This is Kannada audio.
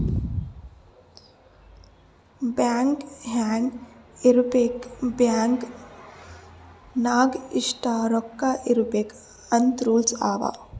ಬ್ಯಾಂಕ್ ಹ್ಯಾಂಗ್ ಇರ್ಬೇಕ್ ಬ್ಯಾಂಕ್ ನಾಗ್ ಎಷ್ಟ ರೊಕ್ಕಾ ಇರ್ಬೇಕ್ ಅಂತ್ ರೂಲ್ಸ್ ಅವಾ